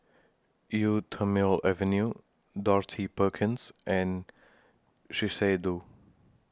Eau Thermale Avene Dorothy Perkins and Shiseido